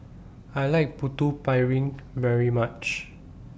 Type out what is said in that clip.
I like Putu Piring very much